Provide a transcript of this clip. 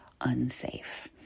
unsafe